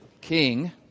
king